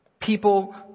People